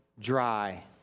dry